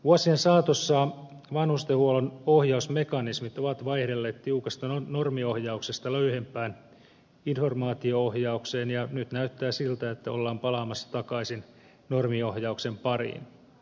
vuosien saatossa vanhustenhuollon ohjausmekanismit ovat vaihdelleet tiukasta normiohjauksesta löyhempään informaatio ohjaukseen ja nyt näyttää siltä että ollaan palaamassa takaisin normiohjauksen pariin